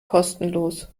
kostenlos